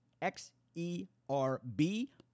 X-E-R-B